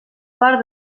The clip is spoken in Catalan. part